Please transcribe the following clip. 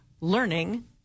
learning